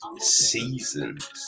seasons